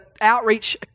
outreach